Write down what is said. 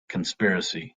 conspiracy